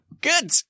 Good